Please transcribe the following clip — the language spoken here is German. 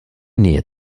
nähe